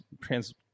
trans